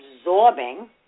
absorbing